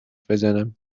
بزنم